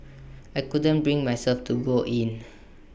I couldn't bring myself to go in